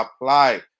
apply